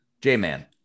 J-Man